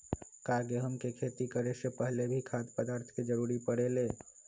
का गेहूं के खेती करे से पहले भी खाद्य पदार्थ के जरूरी परे ले?